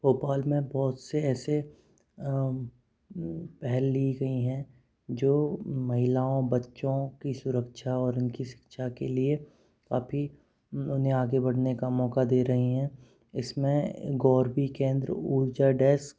भोपाल में बहुत से ऐसे पहल की गई हैं जो महिलाओं बच्चों की सुरक्षा और उनकी शिक्षा के लिए अभी उन्हें आगे बढ़ने का मौका दे रहीं हैं इसमें गोरबी केन्द्र ऊर्जा डेस्क